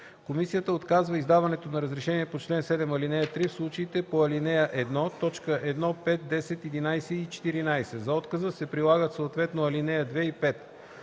Комисията отказва издаването на разрешение по чл. 7, ал. 3 в случаите по ал. 1, т. 1, 5, 10, 11 и 14. За отказа се прилагат съответно ал. 2 и 5.”